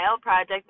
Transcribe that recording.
project